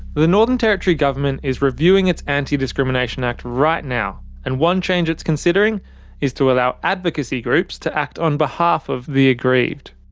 the northern territory government is reviewing its anti discrimination act right now, and one change it's considering is to allow advocacy groups to act on behalf of the aggrieved.